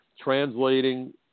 translating